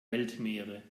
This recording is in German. weltmeere